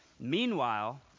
Meanwhile